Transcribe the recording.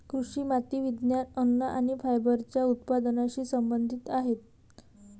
कृषी माती विज्ञान, अन्न आणि फायबरच्या उत्पादनाशी संबंधित आहेत